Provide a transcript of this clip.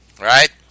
right